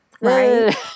Right